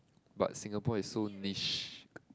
but Singapore is so niche